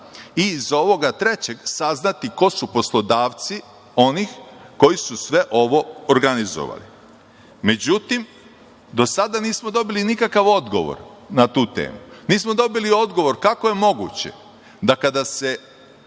i iz ovog trećeg saznati ko su poslodavci oni koji su sve ovo organizovali. Međutim, do sada nismo dobili nikakav odgovor na tu temu. Nismo dobili odgovor kako je moguće da, kada se